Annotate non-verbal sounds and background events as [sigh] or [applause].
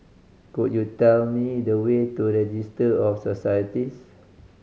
could you tell me the way to [unintelligible] of Societies